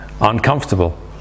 uncomfortable